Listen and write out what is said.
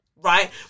right